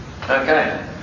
Okay